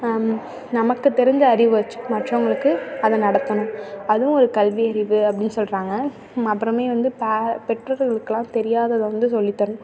நமக்கு தெரிஞ்ச அறிவை வெச்சு மற்றவங்களுக்கு அதை நடத்தணும் அதுவும் ஒரு கல்வி அறிவு அப்டின்னு சொல்கிறாங்க அப்புறமே வந்து பெற்றோர்களுக்கெல்லாம் தெரியாததை வந்து சொல்லித் தரணும்